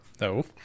No